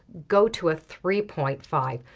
go to a three point five.